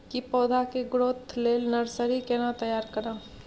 की पौधा के ग्रोथ लेल नर्सरी केना तैयार करब?